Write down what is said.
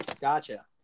gotcha